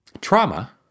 trauma